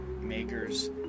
makers